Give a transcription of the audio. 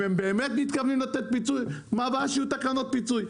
אם הם באמת מתכוונים לתת פיצוי מהי הבעיה שיהיו תקנות פיצוי?